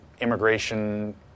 immigration